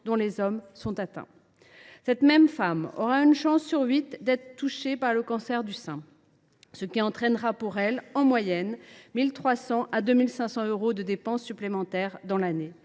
dont les hommes sont atteints. Cette même femme aura une chance sur huit d’être touchée par le cancer du sein, ce qui entraînera pour elle, en moyenne, 1 300 à 2 500 euros de dépenses supplémentaires dans l’année.